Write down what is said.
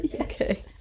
okay